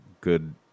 good